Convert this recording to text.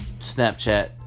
Snapchat